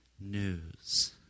news